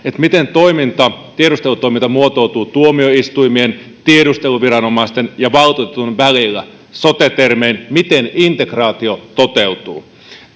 miten tiedustelutoiminta muotoutuu tuomioistuimien tiedusteluviranomaisten ja valtuutetun välillä sote termein miten integraatio toteutuu